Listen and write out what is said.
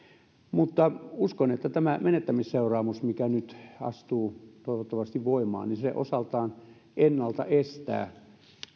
mutta uskon että tämä menettämisseuraamus mikä nyt astuu toivottavasti voimaan osaltaan ennalta estää